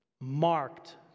marked